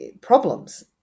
problems